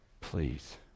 please